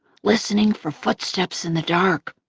listening for footsteps in the dark.